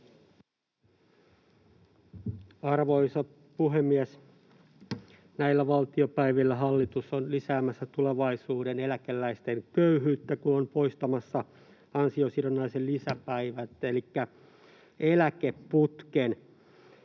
Arvoisa puhemies! Näillä valtiopäivillä hallitus on lisäämässä tulevaisuuden eläkeläisten köyhyyttä, kun se on poistamassa ansiosidonnaisen lisäpäivät elikkä eläkeputken.